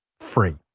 free